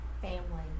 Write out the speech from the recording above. family